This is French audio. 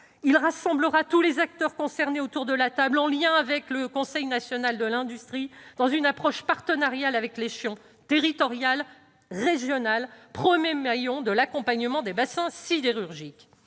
Il rassemblera tous les acteurs concernés autour de la table, en lien avec le Conseil national de l'industrie, dans une approche partenariale avec l'échelon territorial et régional, premier maillon de l'accompagnement des bassins sidérurgiques.